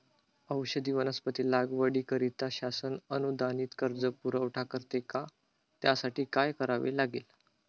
औषधी वनस्पती लागवडीकरिता शासन अनुदानित कर्ज पुरवठा करते का? त्यासाठी काय करावे लागेल?